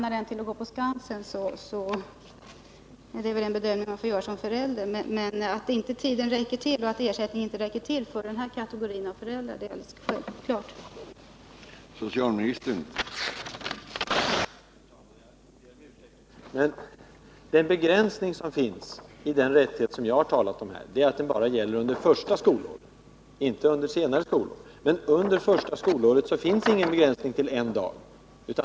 Herr talman! Jag ber om ursäkt att jag yttrar mig igen, men jag vill säga att den begränsning som finns i den rättighet som jag har talat om här, är att den bara gäller under barnets första skolår, inte därefter. Under detta första skolår finns emellertid inte någon begränsning till en dag.